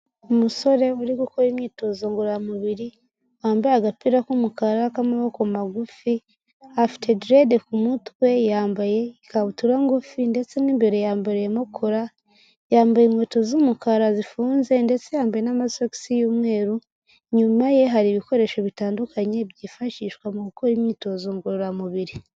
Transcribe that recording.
Umusore uri gukora imyitozo ngororamubiri, wambaye agapira k'umukara k'amaboko magufi, afite drede ku mutwe, yambaye ikabutura ngufi ndetse mo imbere yambariyemo kora, yambaye inkweto z'umukara zifunze ndetse yambaye n'amasogisi y'umweru, inyuma ye hari ibikoresho bitandukanye byifashishwa mu gukora imyitozo ngororamubiri.